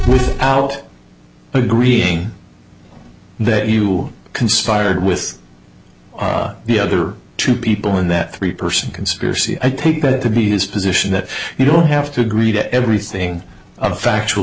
out agreeing that you conspired with the other two people in that three person conspiracy i take that to be his position that you don't have to agree to everything a factual